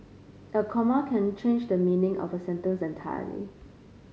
a comma can change the meaning of a sentence entirely